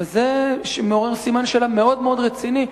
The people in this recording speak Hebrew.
וזה מעורר סימן שאלה מאוד מאוד רציני,